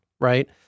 Right